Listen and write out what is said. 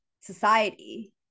society